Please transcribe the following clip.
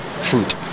food